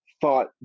thought